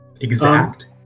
Exact